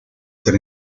ser